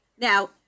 Now